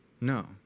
No